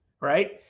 right